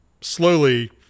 slowly